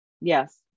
Yes